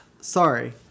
Sorry